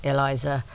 Eliza